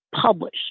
publish